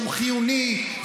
שהוא חיוני,